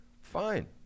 fine